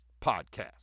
podcast